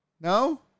No